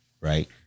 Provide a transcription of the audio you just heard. right